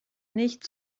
nicht